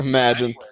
Imagine